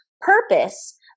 purpose